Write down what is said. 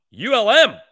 ULM